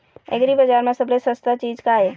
एग्रीबजार म सबले सस्ता चीज का ये?